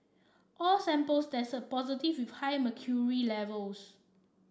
all samples tested positive with high mercury levels